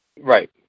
Right